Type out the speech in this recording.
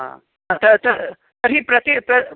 ह त तर्हि प्रति प्रति